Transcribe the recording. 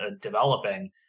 developing